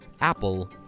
Apple